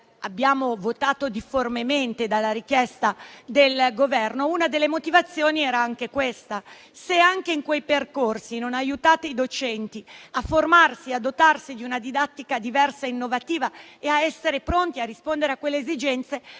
abbiamo votato difformemente dalla richiesta del Governo, una delle motivazioni era anche questa: se anche in quei percorsi non aiutate i docenti a formarsi e a dotarsi di una didattica diversa e innovativa e ad essere pronti a rispondere a quelle esigenze,